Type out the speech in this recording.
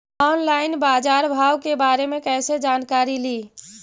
Online बाजार भाव के बारे मे कैसे जानकारी ली?